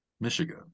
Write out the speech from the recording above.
Michigan